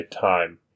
time